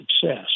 success